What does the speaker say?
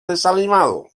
desanimado